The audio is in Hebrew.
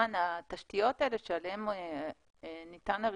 התשתיות האלה עליהן ניתן הרישום,